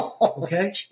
Okay